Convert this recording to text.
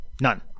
none